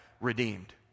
redeemed